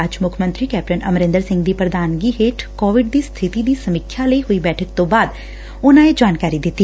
ਅੱਜ ਮੁੱਖ ਮੰਤਰੀ ਕੈਪਟਨੱ ਅਮਰਿੰਦਰ ਸਿੰਘ ਦੀ ਪੁਧਾਨਗੀ ਹੇਠ ਕੋਵਿਡ ਦੀ ਸਖਿਤੀ ਦੀ ਸਮੀਖਿਆ ਲਈ ਹੋਈ ਬੈਠਕ ਤੋੰ ਬਾਅਦ ਉਨਾ ਇਹ ਜਾਣਕਾਰੀ ਦਿੱਤੀ